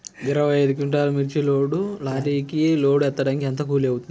ఇరవై ఐదు క్వింటాల్లు మిర్చి లారీకి లోడ్ ఎత్తడానికి ఎంత కూలి అవుతుంది?